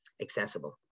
accessible